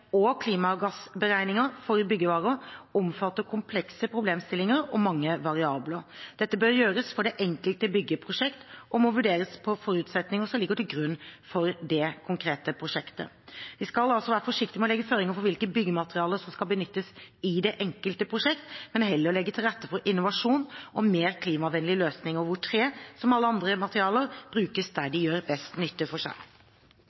og klimagassberegninger for byggevarer omfatter komplekse problemstillinger og mange variabler. Dette bør gjøres for det enkelte byggeprosjekt og må vurderes på forutsetninger som ligger til grunn for det konkrete prosjektet. Vi skal altså være forsiktige med å legge føringer for hvilke byggematerialer som skal benyttes i det enkelte prosjekt, men heller legge til rette for innovasjon og mer klimavennlige løsninger hvor tre, som alle andre materialer, brukes der det gjør best nytte for seg.